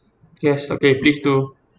yes okay please do